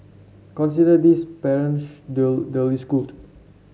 consider this parent duly schooled